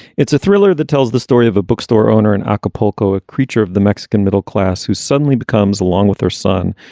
it's a thriller that tells the story of a bookstore owner in acapulco, a creature of the mexican middle class who suddenly becomes along with her son,